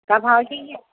क्या भाव चाहिए